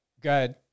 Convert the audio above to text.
Good